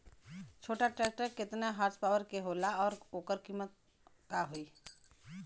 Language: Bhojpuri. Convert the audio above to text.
छोटा ट्रेक्टर केतने हॉर्सपावर के होला और ओकर कीमत का होई?